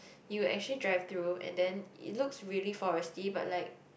you actually drive through and then it looks really forestry but like